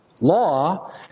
law